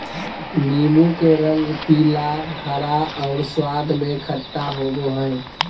नीबू के रंग पीला, हरा और स्वाद में खट्टा होबो हइ